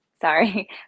sorry